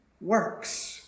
works